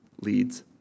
leads